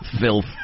filth